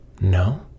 No